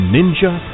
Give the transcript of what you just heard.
Ninja